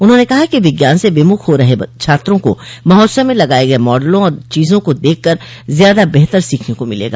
उन्होंने कहा कि विज्ञान से विमुख हो रहे छात्रों को महोत्सव में लगाये गये मॉडलों और चीजों को देखकर ज्यादा बेहतर तरीके से सीखने को मिलेगा